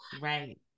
right